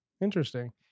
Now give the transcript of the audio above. Interesting